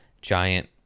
giant